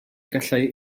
gallai